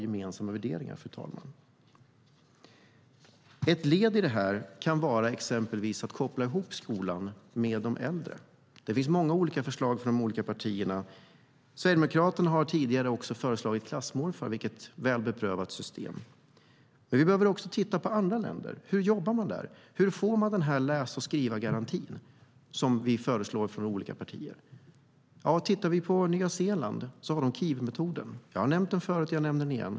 Ett led i detta kan vara att koppla ihop skola och äldre. Det finns många förslag från de olika partierna. Sverigedemokraterna har tidigare föreslagit klassmorfar, som är ett väl beprövat system. Vi behöver också titta på hur man jobbar i andra länder. Hur uppnås den läsa-skriva-garanti som olika partier förslår? På Nya Zeeland har de kiwimetoden. Jag har nämnt den förut, och jag nämner den igen.